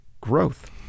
growth